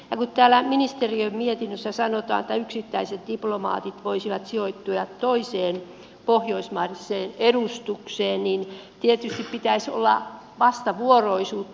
kun täällä ministeriön mietinnössä sanotaan että yksittäiset diplomaatit voisivat sijoittua toiseen pohjoismaiseen edustukseen niin tietysti pitäisi olla vastavuoroisuutta